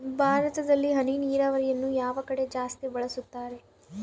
ಭಾರತದಲ್ಲಿ ಹನಿ ನೇರಾವರಿಯನ್ನು ಯಾವ ಕಡೆ ಜಾಸ್ತಿ ಬಳಸುತ್ತಾರೆ?